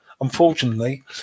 unfortunately